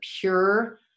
pure